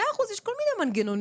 מאה אחוז, יש כל מיני מנגנונים.